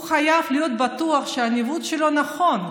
הוא חייב להיות בטוח שהניווט שלו נכון,